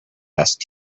best